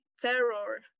terror